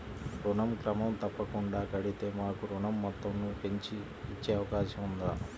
ఋణం క్రమం తప్పకుండా కడితే మాకు ఋణం మొత్తంను పెంచి ఇచ్చే అవకాశం ఉందా?